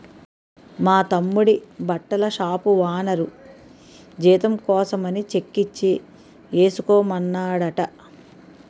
మా తమ్ముడి బట్టల షాపు ఓనరు జీతం కోసమని చెక్కిచ్చి ఏసుకోమన్నాడట